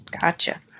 Gotcha